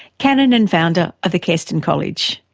canon and founder of the keston college.